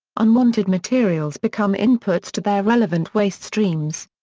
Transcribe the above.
unwanted materials become inputs to their relevant waste streams.